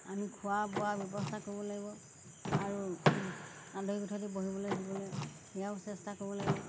আমি খোৱা বোৱা ব্যৱস্থা কৰিব লাগিব আৰু আলহী অতিথি বহিবলৈ দিবলৈ সেয়াও চেষ্টা কৰিব লাগিব